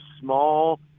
small